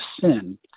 sin